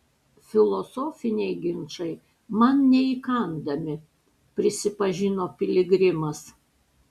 filosofiniai ginčai man neįkandami prisipažino piligrimas